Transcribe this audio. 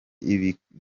ibikora